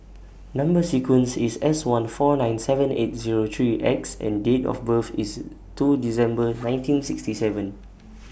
Number sequence IS S one four nine seven eight Zero three X and Date of birth IS two December nineteen sixty seven